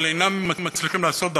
אבל אינם מצליחים לעשות דבר,